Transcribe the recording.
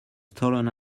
stolen